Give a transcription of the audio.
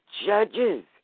judges